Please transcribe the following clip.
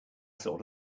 sort